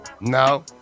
No